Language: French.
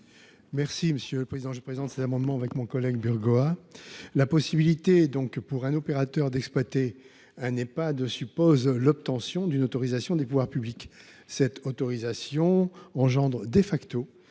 M. Alain Milon. Je présente cet amendement avec mon collègue Laurent Burgoa. La possibilité pour un opérateur d’exploiter un Ehpad suppose l’obtention d’une autorisation des pouvoirs publics. Cette autorisation engendre la